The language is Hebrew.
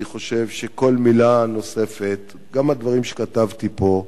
אני חושב שכל מלה נוספת, גם הדברים שכתבתי פה,